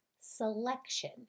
selection